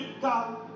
God